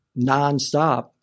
nonstop